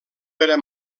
pere